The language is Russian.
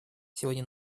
сегодня